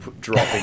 dropping